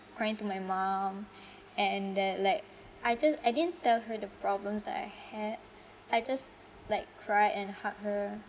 crying to my mum and they like I just I didn't tell her the problems that I I had I just like cry and hug her